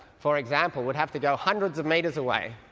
for example, would have to go hundreds of metres away.